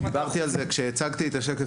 ברמת ה- דיברתי על זה כשהצגתי את השקף,